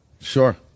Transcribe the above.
Sure